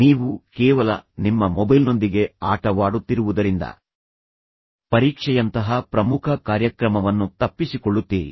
ನೀವು ಕೇವಲ ನಿಮ್ಮ ಮೊಬೈಲ್ನೊಂದಿಗೆ ಆಟವಾಡುತ್ತಿರುವುದರಿಂದ ಪರೀಕ್ಷೆಯಂತಹ ಪ್ರಮುಖ ಕಾರ್ಯಕ್ರಮವನ್ನು ತಪ್ಪಿಸಿಕೊಳ್ಳುತ್ತೀರಿ